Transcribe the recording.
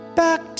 back